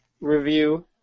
review